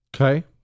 Okay